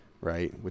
right